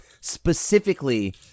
Specifically